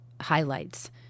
highlights